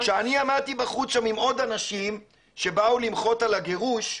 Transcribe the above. כשאני עמדתי בחוץ שם עם עוד אנשים שבאו למחות על הגירוש,